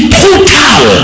total